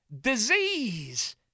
disease